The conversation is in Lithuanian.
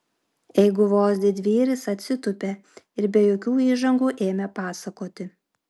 eiguvos didvyris atsitūpė ir be jokių įžangų ėmė pasakoti